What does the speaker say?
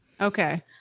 Okay